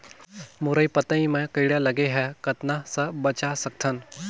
मुरई पतई म कीड़ा लगे ह कतना स बचा सकथन?